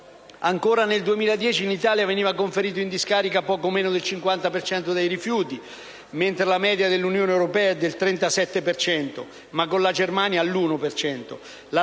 Ancora, nel 2010 in Italia veniva conferito in discarica poco meno del 50 per cento dei rifiuti, mentre la media dell'Unione europea è del 37 per cento (la Germania è all'1